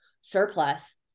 surplus